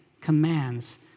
commands